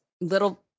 Little